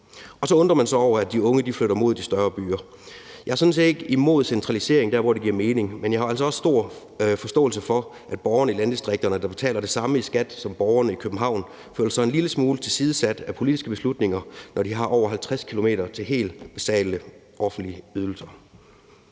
og så undrer man sig over, at de unge flytter mod de større byer. Jeg er sådan set ikke imod centralisering der, hvor det giver mening, men jeg har altså også stor forståelse for, at borgerne i landdistrikterne, der betaler det samme i skat som borgerne i København, føler sig en lille smule tilsidesat af politiske beslutninger, når de har over 50 km til helt basale offentlige ydelser.